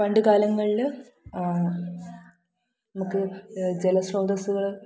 പണ്ടു കാലങ്ങളിൽ നമുക്ക് ജലസ്രോതസ്സുകൾ